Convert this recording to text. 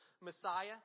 Messiah